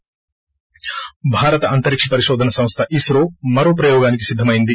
ి భారత అంతరిక పరిశోధన సంస్ద ఇస్రో మరో ప్రయోగానికి సిద్దమైంది